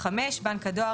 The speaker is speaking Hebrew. בנק הדואר,